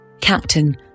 Captain